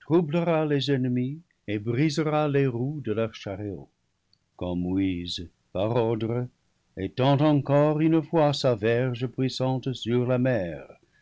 troublera les ennemis et bri sera les roues de leurs chariots quand moïse par ordre étend encore une fois sa verge puissante sur la mer